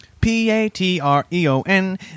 P-A-T-R-E-O-N